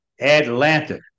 Atlanta